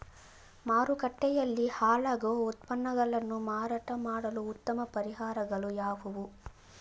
ಮಾರುಕಟ್ಟೆಯಲ್ಲಿ ಹಾಳಾಗುವ ಉತ್ಪನ್ನಗಳನ್ನು ಮಾರಾಟ ಮಾಡಲು ಉತ್ತಮ ಪರಿಹಾರಗಳು ಯಾವುವು?